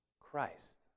Christ